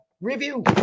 review